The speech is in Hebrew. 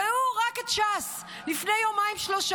ראו רק את ש"ס לפני יומיים-שלושה,